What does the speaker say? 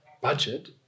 budget